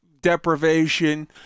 deprivation